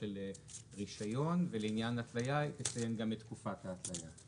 של רישיון ולעניין ההתליה היא תציין גם את תקופת ההתליה.